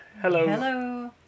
Hello